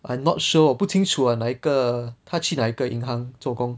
I not sure 我不清楚哪一个他去哪一个银行做工